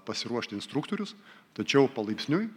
pasiruošti instruktorius tačiau palaipsniui